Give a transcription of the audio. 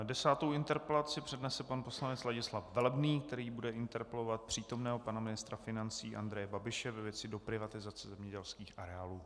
Desátou interpelaci přednese pan poslanec Ladislav Velebný, který bude interpelovat přítomného pana ministra financí Andreje Babiše ve věci doprivatizace zemědělských areálů.